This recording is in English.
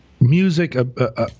music